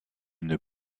une